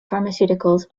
pharmaceuticals